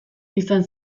izan